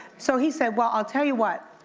so he said well, i'll tell you what,